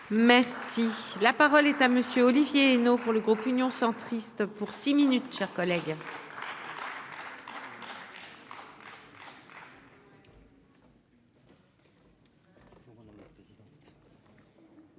si la parole est à monsieur Olivier Henno pour le groupe Union centriste pour six minutes chers collègues.